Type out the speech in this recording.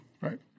Right